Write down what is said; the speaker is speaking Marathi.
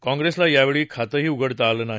काँप्रेसला यावेळीही खातं उघडता आलं नाही